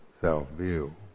self-view